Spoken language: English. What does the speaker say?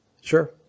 Sure